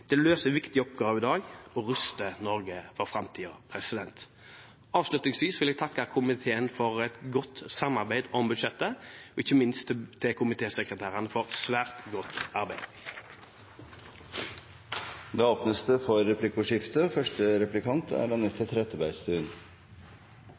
Det løser viktige oppgaver i dag og ruster Norge for framtiden. Avslutningsvis vil jeg takke komiteen for et godt samarbeid om budsjettet, og – ikke minst – komitésekretæren for et svært godt arbeid. Det blir replikkordskifte. Høyre og